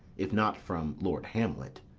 if not from lord hamlet.